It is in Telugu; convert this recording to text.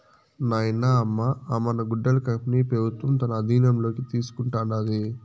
నాయనా, అమ్మ అ మన గుడ్డల కంపెనీ పెబుత్వం తన ఆధీనంలోకి తీసుకుంటాండాది